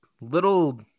little